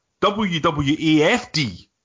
WWAFD